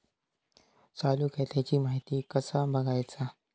चालू खात्याची माहिती कसा बगायचा?